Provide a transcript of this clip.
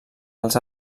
els